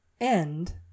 End